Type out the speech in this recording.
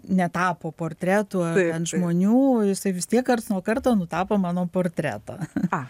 netapo portretų ant žmonių jisai vis tiek karts nuo karto nutapo mano portretą